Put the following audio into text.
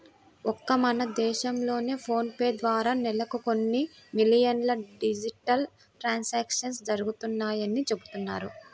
ఒక్క మన దేశంలోనే ఫోన్ పే ద్వారా నెలకు కొన్ని మిలియన్ల డిజిటల్ ట్రాన్సాక్షన్స్ జరుగుతున్నాయని చెబుతున్నారు